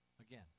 again